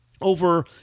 over